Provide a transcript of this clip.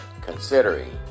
considering